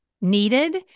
needed